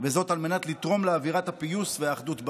וזאת על מנת לתרום לאווירת הפיוס והאחדות בעם.